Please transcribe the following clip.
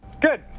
Good